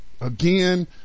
Again